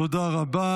תודה רבה.